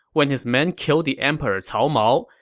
when his men killed the emperor cao mao,